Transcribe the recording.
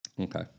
Okay